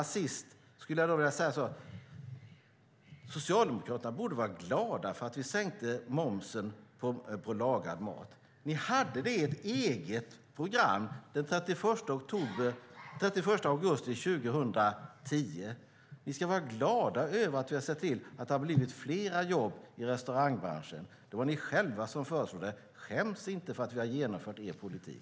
Socialdemokraterna borde vara glada för att vi sänkte momsen på lagad mat. Ni hade de frågorna med i ert eget program den 31 augusti 2010. Ni ska vara glada över att vi har sett till att det har blivit fler jobb i restaurangbranschen. Det var ni själva som lade fram förslaget. Skäms inte för att vi har genomfört er politik.